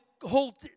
whole